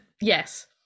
Yes